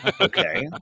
Okay